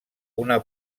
una